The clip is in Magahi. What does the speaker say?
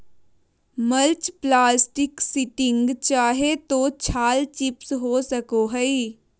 मल्च प्लास्टीक शीटिंग चाहे तो छाल चिप्स हो सको हइ